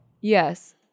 Yes